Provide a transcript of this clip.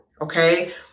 Okay